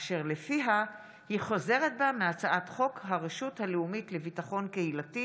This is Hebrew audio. אשר לפיה היא חוזרת בה מהצעת חוק הרשות הלאומית לביטחון קהילתי